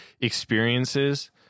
experiences